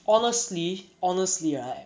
honestly honestly right